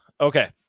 Okay